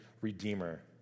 redeemer